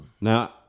Now